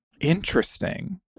Interesting